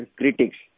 critics